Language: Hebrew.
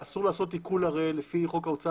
הרי אסור לעשות עיקול לפי חוק ההוצאה